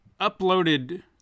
uploaded